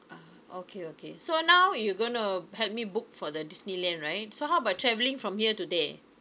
ah okay okay so now you're going to help me book for the disneyland right so how about travelling from here to there